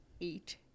eight